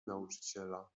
nauczyciela